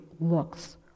looks